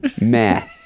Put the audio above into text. meh